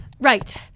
Right